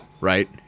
right